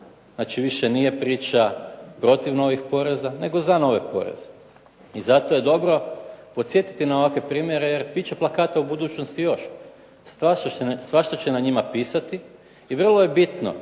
znači više nije priča protiv novih poreza nego za nove poreze i zato je dobro podsjetiti na ovakve primjere jer bit će plakata u budućnosti još. Svašta će na njima pisati. I vrlo je bitno